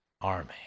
army